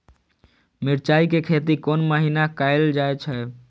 मिरचाय के खेती कोन महीना कायल जाय छै?